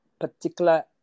particular